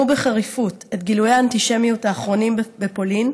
בחריפות את גילויי האנטישמיות האחרונים בפולין,